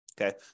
Okay